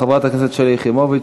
חברת הכנסת שלי יחימוביץ,